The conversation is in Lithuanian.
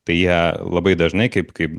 tai jie labai dažnai kaip kaip